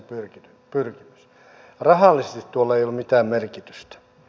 rahallisesti tuolla ei ole mitään merkitystä